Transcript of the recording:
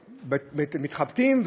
ומתחבטים,